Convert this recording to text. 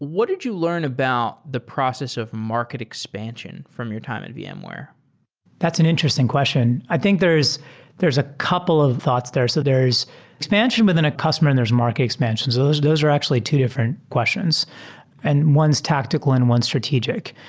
did you learn about the process of market expansion from your time at yeah vmware? that's an interesting question. i think there's there's a couple of thoughts. there's so there's expansion within a customer and there's market expansion. so those those are actually two different questions and one is tactical and one strategic.